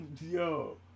Yo